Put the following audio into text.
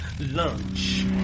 lunch